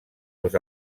els